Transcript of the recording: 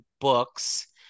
books